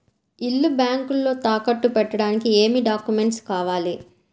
ఇల్లు బ్యాంకులో తాకట్టు పెట్టడానికి ఏమి డాక్యూమెంట్స్ కావాలి?